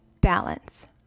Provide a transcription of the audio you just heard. balance